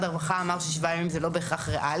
הרווחה כבר אמר ששבעה ימים זה לא בהכרח ריאלי.